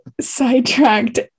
sidetracked